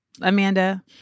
Amanda